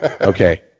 Okay